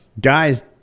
guys